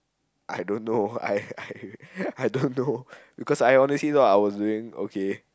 I don't know I I I don't know because I honestly know I was doing okay